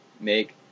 Make